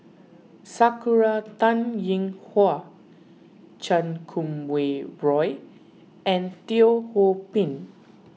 Sakura Teng Ying Hua Chan Kum Wah Roy and Teo Ho Pin